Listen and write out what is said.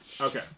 Okay